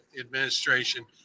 administration